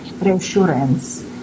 reassurance